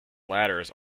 ladders